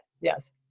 yes